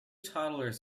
toddlers